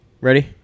Ready